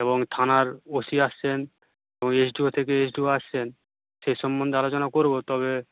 এবং থানার O C আসছেন এবং এস ডি ও থেকে এস ডি ও আসছেন সেই সম্বন্ধে আলোচনা করব তবে